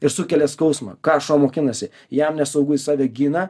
ir sukelia skausmą ką šuo mokinasi jam nesaugu jis save gina